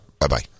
Bye-bye